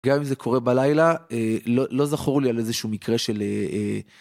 גם אם זה קורה בלילה לא זכור לי על איזה שהוא מקרה של.